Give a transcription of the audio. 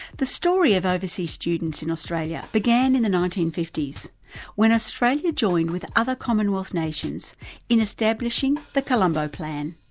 the story of overseas students in australia began in the nineteen fifty s when australia joined with other commonwealth nations in establishing the colombo plan.